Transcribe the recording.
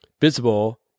visible